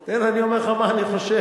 הנה, אני אומר לך מה אני חושב,